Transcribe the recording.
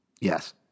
Yes